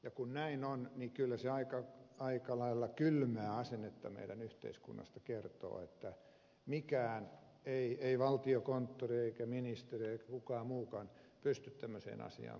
ja kun näin on niin kyllä se aika lailla kylmää asennetta meidän yhteiskunnasta kertoo että ei mikään ei valtiokonttori eikä ministeriö eikä kukaan muukaan pysty tämmöiseen asiaan puuttumaan